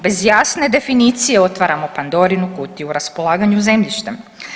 Bez jasne definicije otvaramo Pandorinu kutiju raspolaganju zemljištem.